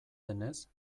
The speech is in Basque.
denez